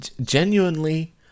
genuinely